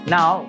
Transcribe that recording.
Now